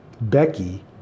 Becky